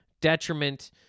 detriment